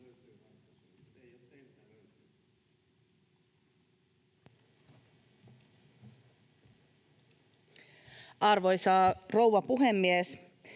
Arvoisa rouva puhemies!